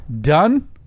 Done